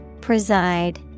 Preside